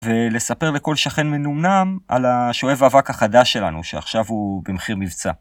ולספר לכל שכן מנומנם על השואב האבק החדש שלנו שעכשיו הוא במחיר מבצע.